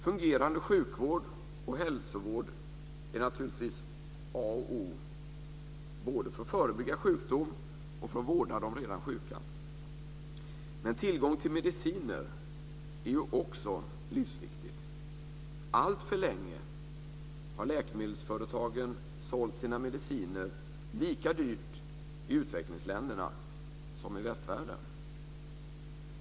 Fungerande sjukvård och hälsovård är naturligtvis a och o både för att förebygga sjukdom och för att vårda de redan sjuka. Men tillgång till mediciner är också livsviktigt. Alltför länge har läkemedelsföretagen sålt sina mediciner lika dyrt i utvecklingsländerna som i västvärlden.